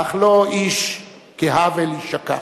אך לא איש כהאוול יישכח.